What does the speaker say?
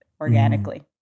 organically